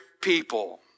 people